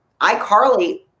iCarly